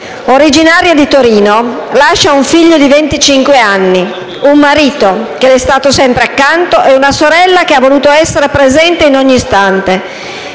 Originaria di Torino, lascia un figlio di venticinque anni, un marito che le è stato sempre accanto e una sorella che ha voluto essere presente in ogni istante.